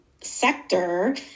sector